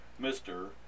Mr